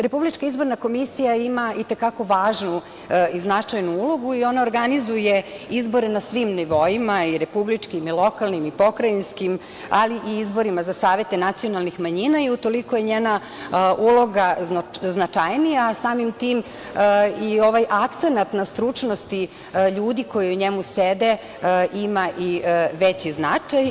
Republička izborna komisija ima i te kako važnu i značajnu ulogu i ona organizuje izbore na svim nivoima i republičkim, i lokalnim, i pokrajinskim, ali i izborima za savete nacionalnih manjina i u toliko je njena uloga značajnija, a samim tim i ovaj akcenat na stručnosti ljudi koji u njemu sede ima i veći značaj.